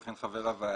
וכן חבר הוועדה,